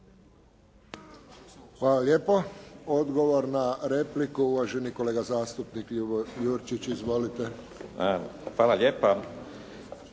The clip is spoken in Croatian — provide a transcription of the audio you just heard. Hvala lijepo. Odgovor na repliku, uvaženi kolega zastupnik Kunst. Izvolite. **Kunst,